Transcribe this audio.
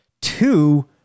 two